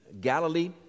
Galilee